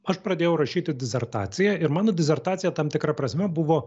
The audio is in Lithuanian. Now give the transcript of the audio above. aš pradėjau rašyti disertaciją ir mano disertacija tam tikra prasme buvo